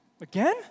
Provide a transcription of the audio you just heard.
Again